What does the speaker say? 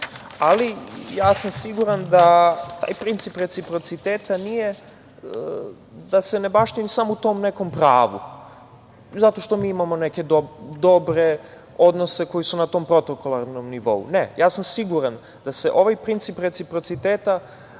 sam siguran da taj princip reciprociteta ne baštini se samo u tom nekom pravu, zato što mi imamo neke dobre odnose koji su na tom protokolarnom nivou. Ne, ja sam siguran da je ovaj princip reciprociteta